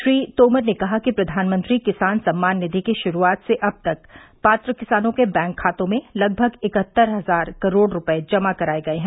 श्री तोमर ने कहा कि प्रधानमंत्री किसान सम्मान निधि की शुरुआत से अब तक पात्र किसानों के बैंक खातों में लगभग इकहत्तर हजार करोड़ रुपये जमा कराए गए हैं